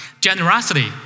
Generosity